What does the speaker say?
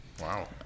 Wow